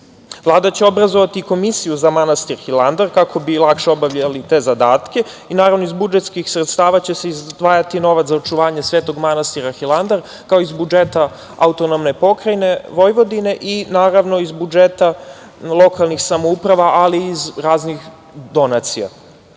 će obrazovati i komisiju za manastir Hilandar kako bi lakše obavljali te zadatke i naravno iz budžetskih sredstava će se izdvajati novac za očuvanje Svetog manastira Hilandar, kao i iz budžeta AP Vojvodine i naravno iz budžeta lokalnih samouprava, ali i iz raznih donacija. Značaj